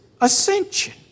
ascension